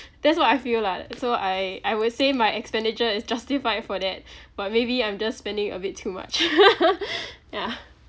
that's what I feel lah so I I will say my expenditure is justified for that but maybe I'm just spending a bit too much yeah